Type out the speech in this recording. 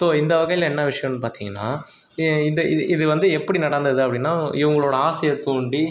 so இந்த வகையில் என்ன விஷயம்னு பார்த்தீங்கன்னா இந்த இது இது வந்து எப்படி நடந்தது அப்படின்னா இவங்களோட ஆசையை தூண்டி